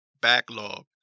backlog